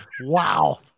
Wow